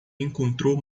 encontrou